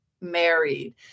married